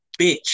Bitch